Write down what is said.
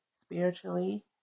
spiritually